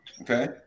Okay